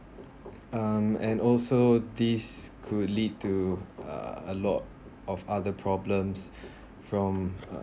um and also this could lead to uh a lot of other problems from uh